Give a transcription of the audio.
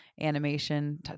animation